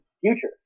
future